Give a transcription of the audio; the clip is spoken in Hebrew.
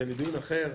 זה לדיון אחר,